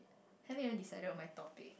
haven't even decided on my topic